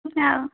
সেয়া আৰু